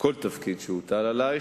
כל תפקיד שהוטל עלייך.